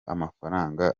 amafaranga